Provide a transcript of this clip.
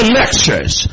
lectures